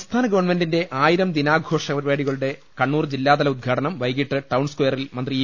സംസ്ഥാന ഗവൺമെന്റിന്റെ ആയിരം ദിനാഘോഷ പരിപാടി കളുടെ കണ്ണൂർ ജില്ലാതല ഉദ്ഘാടനം വൈകിട്ട് ടൌൺ സ്ക്യ റിൽ മന്ത്രി ഇ